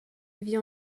vit